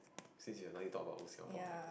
since you're now only talking about old Singapore right